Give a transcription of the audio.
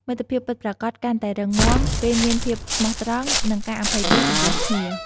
មិត្តភាពពិតប្រាកដកាន់តែរឹងមាំ ពេលមានភាពស្មោះត្រង់ និងការអភ័យទោសចំពោះគ្នា។